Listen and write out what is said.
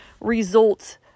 results